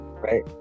right